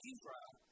Israel